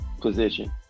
position